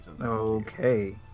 Okay